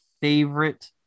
favorite